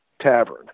Tavern